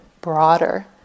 broader